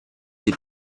les